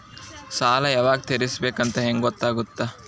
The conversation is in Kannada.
ಸಾಲ ಯಾವಾಗ ತೇರಿಸಬೇಕು ಅಂತ ಹೆಂಗ್ ಗೊತ್ತಾಗುತ್ತಾ?